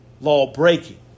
law-breaking